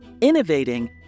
innovating